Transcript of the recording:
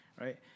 Right